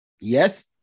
yes